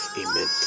amen